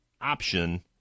option